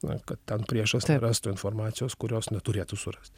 na kad ten priešas nerastų informacijos kurios neturėtų surasti